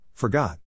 Forgot